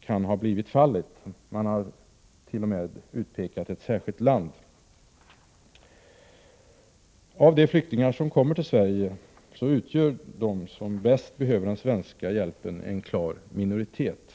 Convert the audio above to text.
kan ha blivit fallet. Man har t.o.m. utpekat ett särskilt land. Av de flyktingar som kommer till Sverige utgör de som bäst behöver den svenska hjälpen en klar minoritet.